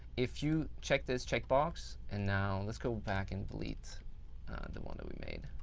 if you check this checkbox and now let's go back and delete the one that we made